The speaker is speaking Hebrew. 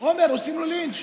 עמר, עושים לו לינץ'.